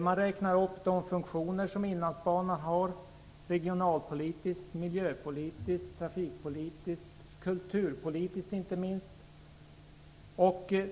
De räknar upp de funktioner som Inlandsbanan har regionalpolitiskt, miljöpolitiskt, trafikpolitiskt och inte minst kulturpolitiskt.